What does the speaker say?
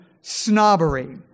snobbery